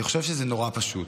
אני חושב שזה נורא פשוט,